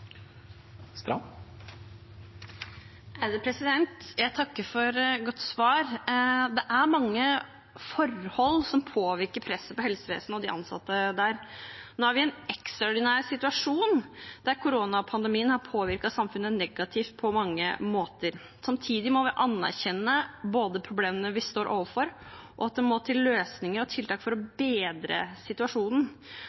mange forhold som påvirker presset på helsevesenet og de ansatte der. Nå er vi i en ekstraordinær situasjon der koronapandemien har påvirket samfunnet negativt på mange måter. Samtidig må vi erkjenne både problemene vi står overfor, og at det må løsninger og tiltak til for å